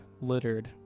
littered